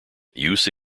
use